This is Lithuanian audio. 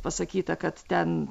pasakyta kad ten